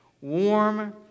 Warm